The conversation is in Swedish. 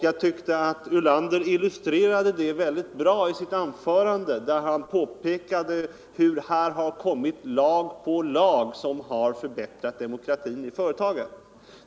Jag tyckte att herr Ulander illustrerade det väldigt bra i sitt anförande när han påpekade hur här har kommit lag på lag som förbättrat demokratin i företagen.